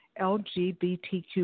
LGBTQ